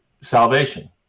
salvation